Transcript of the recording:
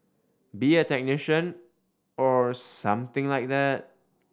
be a technician or something like that